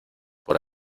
por